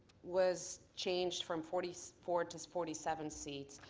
was changeed from forty four to forty seven seats.